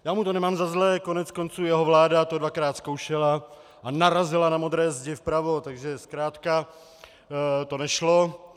Já mu to nemám za zlé, koneckonců jeho vláda to dvakrát zkoušela a narazila na modré zdi vpravo, takže zkrátka to nešlo.